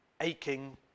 aching